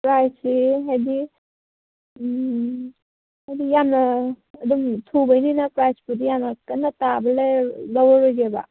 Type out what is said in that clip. ꯄ꯭ꯔꯥꯏꯁꯁꯦ ꯍꯥꯏꯗꯤ ꯍꯥꯏꯗꯤ ꯌꯥꯝꯅ ꯑꯗꯨꯝ ꯊꯨꯕꯩꯅꯤꯅ ꯄ꯭ꯔꯥꯏꯁꯄꯨꯗꯤ ꯌꯥꯝꯅ ꯀꯟꯅ ꯇꯥꯕ ꯂꯧꯔꯔꯣꯏꯒꯦꯕ